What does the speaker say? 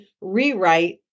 rewrite